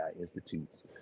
Institute's